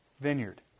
vineyard